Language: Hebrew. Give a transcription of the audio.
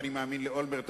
אני מאמין לאולמרט,